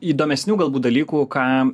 įdomesnių galbūt dalykų ką